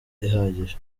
ihagije